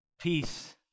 Peace